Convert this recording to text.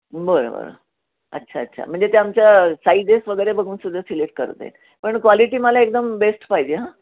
बरं बरं अच्छा अच्छा म्हणजे ते आमच्या साईजेस वगैरे बघून सुद्धा सिलेक्ट करते पण क्वालिटी मला एकदम बेस्ट पाहिजे हं